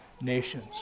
nations